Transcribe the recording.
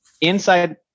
inside